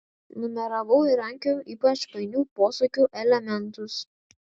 numeravau ir rankiojau ypač painių posakių elementus